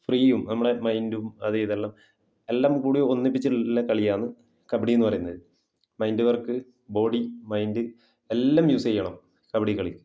ഫ്രീയും നമ്മളെ മൈൻഡും അത് ഇത് എല്ലാം എല്ലാം കൂടി ഒന്നിപ്പിച്ചിട്ടുള്ള കളിയാണ് കബഡി എന്ന് പറയുന്നത് മൈൻഡ് വർക്ക് ബോഡി മൈൻഡ് എല്ലാം യൂസ് ചെയ്യണം കബഡി കളി